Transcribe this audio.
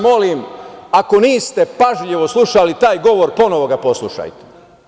Molim vas, ako niste pažljivo slušali taj govor, ponovo ga poslušajte.